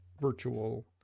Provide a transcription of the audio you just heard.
virtual